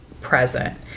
present